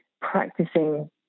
practicing